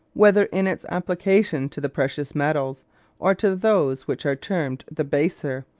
whether in its application to the precious metals or to those which are termed the baser,